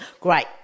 great